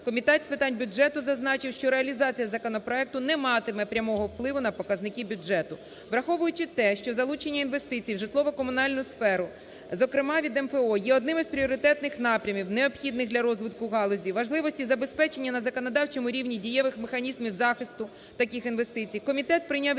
Комітет з питань бюджету зазначив, що реалізація законопроекту не матиме прямого впливу на показники бюджету. Враховуючи те, що залучені інвестиції в житлово-комунальну сферу, зокрема від МФО, є одним із пріоритетних напрямів, необхідних для розвитку галузі, важливості забезпечення на законодавчому рівні дієвих механізмів захисту таких інвестицій, комітет прийняв рішення